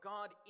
God